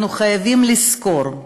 אנחנו חייבים לזכור: